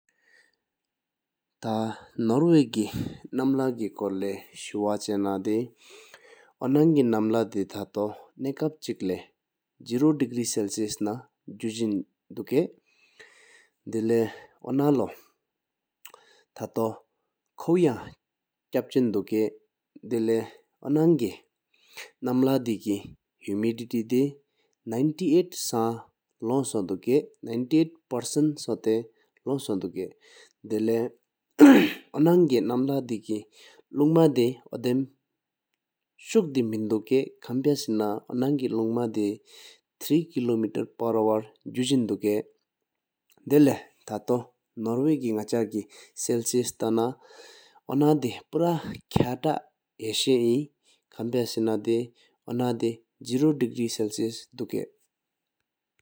ཐ་ནོར་ཝེ་གེ་ནམ་ལྷ་བདེ་སྐྱོར་ལས་ཤུ་བ་ཅ་ན་དེ་ཨོ་ན་སྐད་ནམ་ལྷ་བདེ་ཐ་ཏོ་ནག་སྤར་གཅིག་ལས་གཅིག་བུར་དར་སུའུ་སི་ལ་ཡས་ན་དགུ་རྩིང་འདུག་ཀྱད། དི་ལེའོ་ན་ལོ་ཐ་ཐོ་ནོ་ཀར་པ་ཅན་བདགས། དི་ལེའོ་ནང་སྐད་ནམ་ལྷ་བདེ་སྐྱོ་འཇམ་སད་མཉམ་དགུ་དྲུག་གྲུལ་དུ། དགུ་དྲུག་གྲུལ་དུའི་འཇམ། དི་ལེའོ་ནང་སྐད་ནམ་ལྷ་བདེ་རླུང་མ་གཏོ་ཐུ་མཚམས་བབས་འབད་མེད་སྐྱོ། མཁན་ཕས་ཨེ་ནའོ་ནང་སྐད་ནམ་ལྷ་བདེ་རླུང་མ་ན་བར་བུར་གསུམ་ལྔར་ནའི་ས་བུར་གུ་རྩིང་འདུག་ཀྱད། དི་ལེ་ཐ་ཏོ་ནོར་ཝེ་གེ་ནག་ཆ་གེ་དར་སུ་ལས་ད་ན་ཨོ་ན་ལྷ་ནོ་ཆ་དཅ་ར་དགའ་ཤ་ནི། མཁན་ཕས་ཨེ་ནའོ་ན་དེ་གཅིག་བུར་དར་སུའུ་སི་ལ་ཡས་དཀའད།